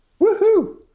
Woohoo